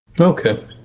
Okay